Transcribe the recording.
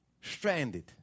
stranded